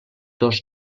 dos